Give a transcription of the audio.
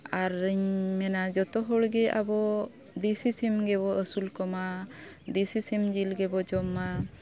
ᱟᱨᱤᱧ ᱢᱮᱱᱟ ᱡᱚᱛᱚ ᱦᱚᱲᱜᱮ ᱟᱵᱚ ᱫᱮᱥᱤ ᱥᱤᱢ ᱜᱮᱵᱚᱱ ᱟᱹᱥᱩᱞ ᱠᱚᱢᱟ ᱫᱮᱥᱤ ᱥᱤᱢ ᱡᱤᱞ ᱜᱮᱵᱚᱱ ᱡᱚᱢ ᱢᱟ